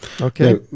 Okay